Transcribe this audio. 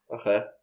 Okay